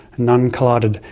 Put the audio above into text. none collided.